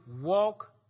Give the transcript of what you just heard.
walk